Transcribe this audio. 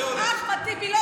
--- אחמד טיבי לא סיו"ר.